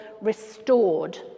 restored